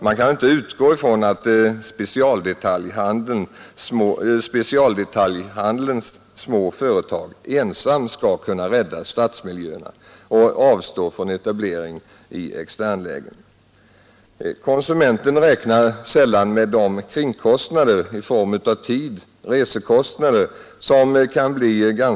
Man kan inte utgå från att specialdetaljhandelns små företag ensamma skall kunna rädda stadsmiljöerna och avstå från etablering i externlägen. Konsumenten räknar sällan med de kringkostnader i form av tid, resekostnader etc.